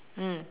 mm